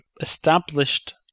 established